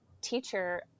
teacher